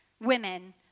women